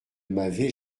m’avez